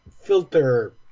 filter